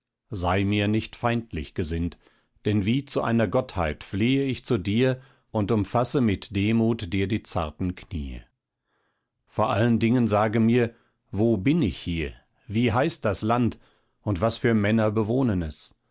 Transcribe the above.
sei mir nicht feindlich gesinnt denn wie zu einer gottheit flehe ich zu dir und umfasse mit demut dir die zarten kniee vor allen dingen sage mir wo bin ich hier wie heißt das land und was für männer bewohnen